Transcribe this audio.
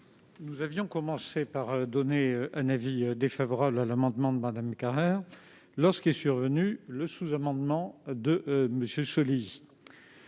Nous avions commencé par émettre un avis défavorable sur l'amendement de Mme Carrère lorsqu'est survenu le sous-amendement, pertinent,